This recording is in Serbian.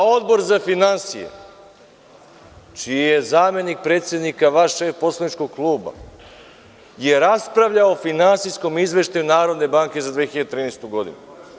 Odbor za finansije, čiji je zamenik predsednik vašeg poslaničkog kluba je raspravljao o finansijskom izveštaju Narodne banke za 2013. godinu.